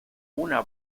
una